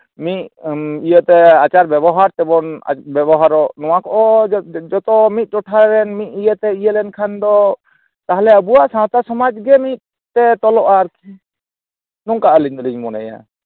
ᱢᱤᱫ ᱤᱭᱟᱹ ᱛᱮ ᱟᱪᱟᱨ ᱵᱮᱵᱚᱦᱟᱨ ᱛᱮᱵᱚᱱ ᱵᱮᱵᱚᱦᱟᱨᱚᱜ ᱱᱚᱣᱟ ᱠᱚ ᱡᱚᱛᱚ ᱢᱤᱫ ᱴᱚᱴᱷᱟ ᱨᱮᱱ ᱢᱤᱫ ᱤᱭᱟᱹ ᱛᱮ ᱤᱭᱟᱹ ᱞᱮᱱᱠᱷᱟᱱ ᱫᱚ ᱛᱟᱦᱚᱞᱮ ᱟᱵᱚᱣᱟᱜ ᱥᱟᱶᱛᱟ ᱥᱚᱢᱟᱡᱽ ᱜᱮ ᱢᱤᱫ ᱛᱮ ᱛᱚᱞᱚᱜᱼᱟ ᱟᱨᱠᱤ ᱱᱚᱝᱠᱟ ᱟᱞᱤᱧ ᱫᱚᱞᱤᱧ ᱢᱚᱱᱮᱭᱟ